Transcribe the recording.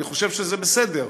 אני חושב שזה בסדר,